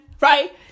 Right